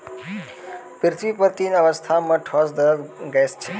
पृथ्वी पर तीन अवस्था म ठोस, द्रव्य, गैस छै